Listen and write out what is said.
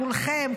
כולכם,